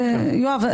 יואב,